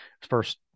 first